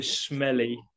smelly